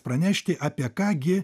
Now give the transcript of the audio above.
pranešti apie ką gi